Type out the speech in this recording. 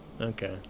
Okay